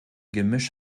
gemisch